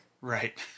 right